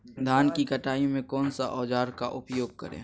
धान की कटाई में कौन सा औजार का उपयोग करे?